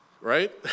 Right